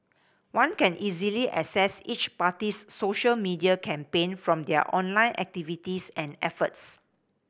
one can easily assess each party's social media campaign from their online activities and efforts